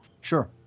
Sure